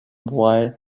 while